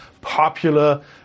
popular